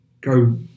go